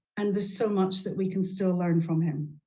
and there's so much that we can still learn from him.